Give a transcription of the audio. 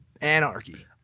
anarchy